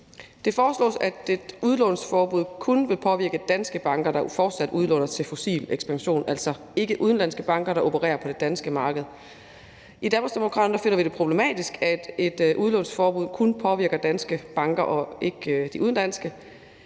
Det foreslås, at et udlånsforbud kun vil påvirke danske banker, der fortsat udlåner til fossil ekspansion, altså ikke udenlandske banker, der opererer på det danske marked. I Danmarksdemokraterne finder vi det problematisk, at et udlånsforbud kun påvirker danske banker og ikke udenlandske.